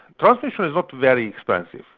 transmission is not very expensive.